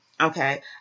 okay